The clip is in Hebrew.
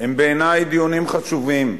הם בעיני דיונים חשובים.